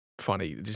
funny